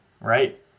right